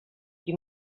qui